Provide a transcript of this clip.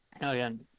again